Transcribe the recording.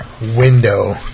window